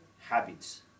habits